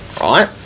right